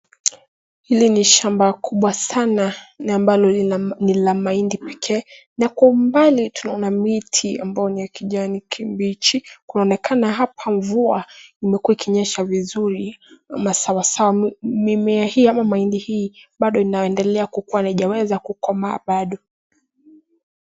Hili ni shamba kubwa sana ambalo ni la mahindi pekee na kwa umbali tunaona miti ambayo ni ya kijani kibichi. Kunaonekana hapa mvua imekuwa ikinyesha vizuri na sawa sawa . Mimea hii ama mahindi hii bado inaendelea kukua, haijaweza kukomaa bado.